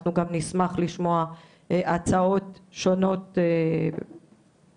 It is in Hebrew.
אנחנו גם נשמח לשמוע הצעות שונות, פרקטיות.